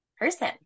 person